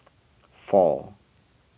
four